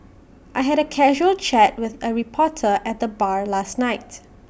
I had A casual chat with A reporter at the bar last night